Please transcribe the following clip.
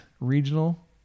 regional